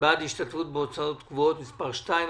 בעד השתתפות בהוצאות קבועות) (מס' 2),